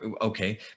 Okay